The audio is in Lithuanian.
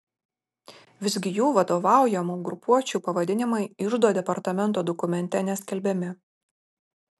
visgi jų vadovaujamų grupuočių pavadinimai iždo departamento dokumente neskelbiami